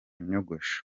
nyogosho